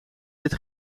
dit